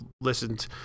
listened